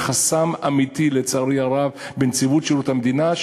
יש חסם אמיתי בנציבות שירות המדינה,